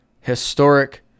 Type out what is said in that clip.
historic